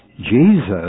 Jesus